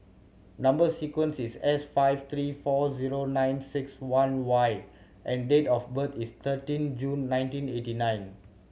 number sequence is S five three four zero nine six one Y and date of birth is thirteen June nineteen eighty nine